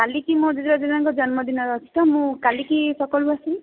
କାଲିକି ମୋର ଜେଜେ ମାଆଙ୍କ ଜନ୍ମଦିନ ଅଛି ତ ତ ମୁଁ କାଲିକି ସକାଳୁ ଆସିବି